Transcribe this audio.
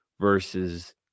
versus